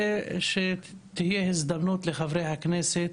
ושתהיה הזדמנות לחברי הכנסת